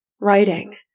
writing